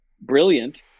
brilliant